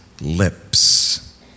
lips